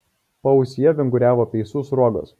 paausyje vinguriavo peisų sruogos